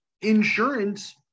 Insurance